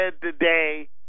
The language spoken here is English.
today